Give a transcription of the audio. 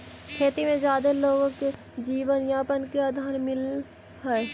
खेती में जादे लोगो के जीवनयापन के आधार मिलऽ हई